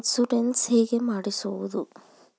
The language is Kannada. ಇನ್ಶೂರೆನ್ಸ್ ಹೇಗೆ ಮಾಡಿಸುವುದು?